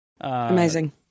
Amazing